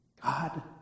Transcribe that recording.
God